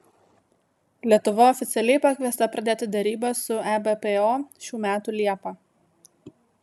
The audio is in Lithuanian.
lietuva oficialiai pakviesta pradėti derybas su ebpo šių metų liepą